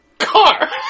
car